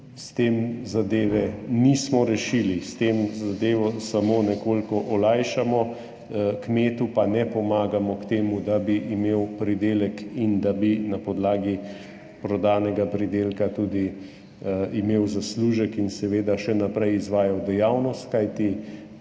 s tem zadeve nismo rešili, s tem zadevo samo nekoliko olajšamo, kmetu pa ne pomagamo k temu, da bi imel pridelek in da bi na podlagi prodanega pridelka tudi imel zaslužek in seveda še naprej izvajal dejavnost. Kajti